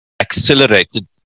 accelerated